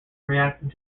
reacting